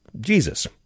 Jesus